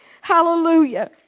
Hallelujah